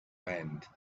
went